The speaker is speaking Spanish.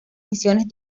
misiones